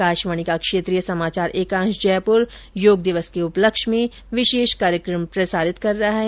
आकाशवाणी का क्षेत्रीय समाचार एकांश जयपुर योग दिवस के उपलक्ष्य में विशेष कार्यक्रम प्रसारित कर रहा है